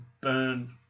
burn